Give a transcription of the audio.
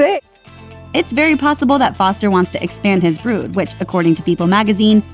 ah it's very possible that foster wants to expand his brood, which, according to people magazine,